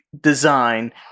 design